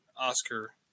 Oscar